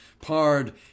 Pard